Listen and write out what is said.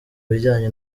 bijyanye